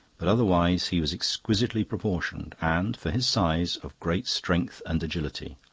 but otherwise he was exquisitely proportioned, and, for his size, of great strength and agility.